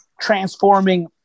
transforming